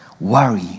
Worry